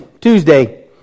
Tuesday